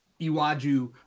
Iwaju